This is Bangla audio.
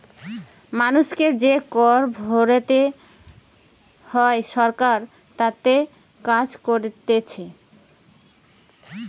মানুষকে যে কর ভোরতে হয় সরকার তাতে কাজ কোরছে